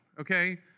okay